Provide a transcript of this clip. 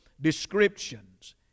DESCRIPTIONS